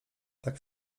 tak